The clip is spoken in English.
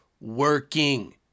working